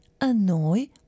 annoy